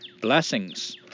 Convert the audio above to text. Blessings